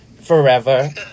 forever